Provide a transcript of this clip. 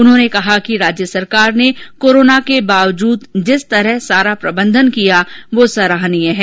उन्होंने कहा कि राज्य सरकार ने कोरोना के बावजुद जिस तरह सारा प्रबन्धन किया वह सराहनीय हैं